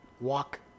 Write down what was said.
walk